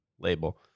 label